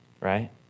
right